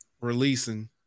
releasing